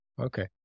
Okay